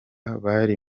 bari